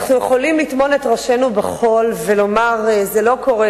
אנחנו יכולים לטמון את ראשינו בחול ולומר: זה לא קורה,